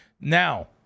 now